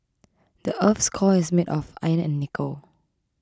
the earth's core is made of iron and nickel